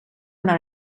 una